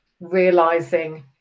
realizing